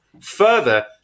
further